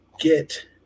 get